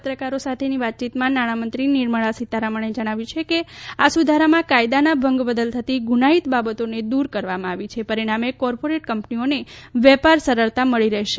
પત્રકારો સાથેની વાતચીતમાં નાણામંત્રી નિર્મળા સિતારમણે જણાવ્યું કે આ સુધારામાં કાયદાના ભંગ બદલ થતી ગુનાઇત બાબતોને દૂર કરવામાં આવી છે પરિણામે કોર્પોરેટ કંપનીઓને વેપાર સરળતા મળી રહેશે